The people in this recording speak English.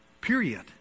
Period